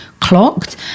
clocked